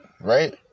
right